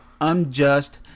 unjust